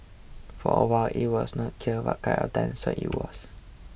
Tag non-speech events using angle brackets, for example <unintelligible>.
for a while it was not clear what kind of <unintelligible> so it was